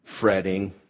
fretting